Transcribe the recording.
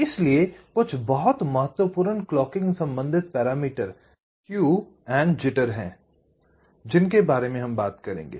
इसलिए कुछ बहुत महत्वपूर्ण क्लॉकिंग संबंधित पैरामीटर स्केव एंड जिटर हैं जिनके बारे में हम बात करेंगे